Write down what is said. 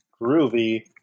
groovy